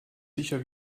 sicher